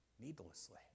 needlessly